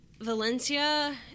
Valencia